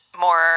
more